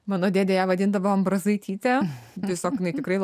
mano dėdė ją vadindavo ambrazaityte tiesiog jinai tikrai la